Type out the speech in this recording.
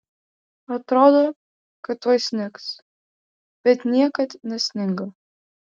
atrodo kad tuoj snigs bet niekad nesninga